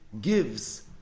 gives